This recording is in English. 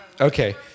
Okay